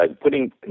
putting